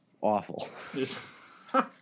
awful